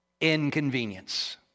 inconvenience